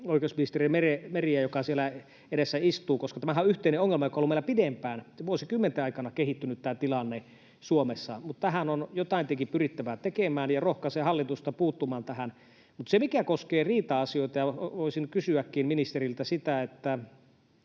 oikeusministeri Merta, joka siellä edessä istuu, koska tämähän on yhteinen ongelma, joka on ollut meillä pidempään, vuosikymmenten aikana kehittynyt tämä tilanne Suomessa. Mutta tähän on jotain tietenkin pyrittävä tekemään, ja rohkaisen hallitusta puuttumaan tähän. Mutta se, mikä koskee riita-asioita, ja voisin kysyäkin ministeriltä sitä: Kyllä